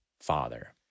Father